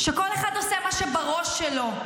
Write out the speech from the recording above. שכל אחד עושה מה שבראש שלו,